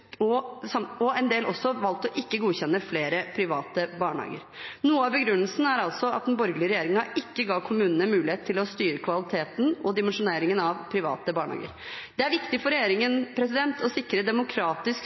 en del kommuner har også valgt ikke å godkjenne flere private barnehager. Noe av begrunnelsen er altså at den borgerlige regjeringen ikke ga kommunene mulighet til å styre kvaliteten og dimensjoneringen av private barnehager. Det er viktig for regjeringen å sikre demokratisk